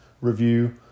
review